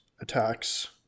attacks